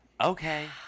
okay